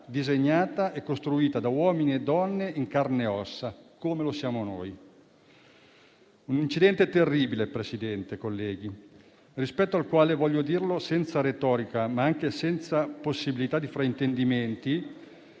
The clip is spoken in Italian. disegnata e costruita da uomini e donne in carne e ossa, come lo siamo noi. Un incidente terribile, signor Presidente, colleghi, rispetto al quale - voglio dirlo senza retorica, ma anche senza possibilità di fraintendimenti